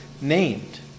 named